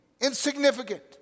insignificant